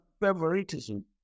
favoritism